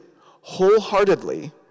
wholeheartedly